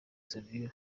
savio